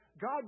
God